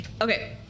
Okay